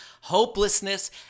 hopelessness